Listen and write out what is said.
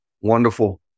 Wonderful